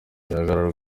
bigaragara